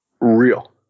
Real